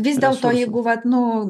vis dėlto jeigu vat nu